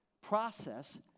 process